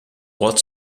what